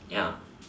ya